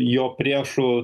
jo priešų